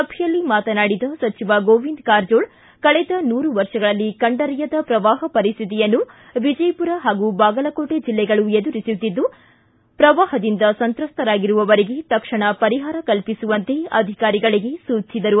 ಸಭೆಯಲ್ಲಿ ಮಾತನಾಡಿದ ಸಚಿವ ಗೋವಿಂದ ಕಾರಜೋಳ ಕಳೆದ ನೂರು ವರ್ಷಗಳಲ್ಲಿ ಕಂಡರಿಯದ ಪ್ರವಾಹ ಪರಿಸ್ತಿತಿಯನ್ನು ವಿಜಯಪುರ ಹಾಗೂ ಬಾಗಲಕೋಟ ಜಲ್ಲೆಗಳು ಎದುರಿಸಿದ್ದು ಪ್ರವಾಹದಿಂದ ಸಂತ್ರಸ್ಥರಾಗಿರುವವರಿಗೆ ತಕ್ಷಣ ಪರಿಹಾರ ಕಲ್ಪಿಸುವಂತೆ ಅಧಿಕಾರಿಗಳಗೆ ಸೂಚಿಸಿದರು